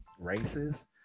races